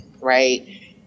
right